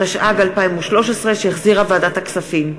התשע"ג 2013, שהחזירה ועדת הכספים.